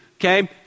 Okay